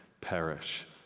Perish